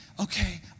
okay